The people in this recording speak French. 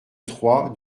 trois